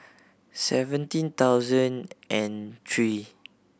seventeen thousand and three